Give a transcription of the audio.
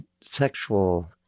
sexual